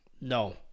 No